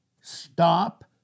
Stop